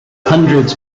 hundreds